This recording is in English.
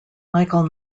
michael